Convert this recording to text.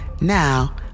Now